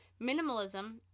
minimalism